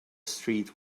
street